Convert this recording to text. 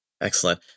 Excellent